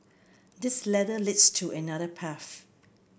this ladder leads to another path